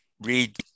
read